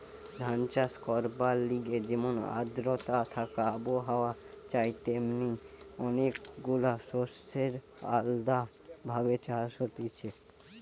ধান চাষ করবার লিগে যেমন আদ্রতা থাকা আবহাওয়া চাই তেমনি অনেক গুলা শস্যের আলদা ভাবে চাষ হতিছে